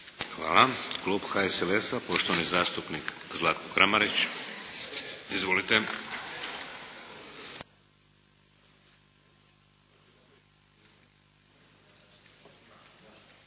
Hvala. Klub HSLS-a, poštovani zastupnik Zlatko Kramarić. Izvolite.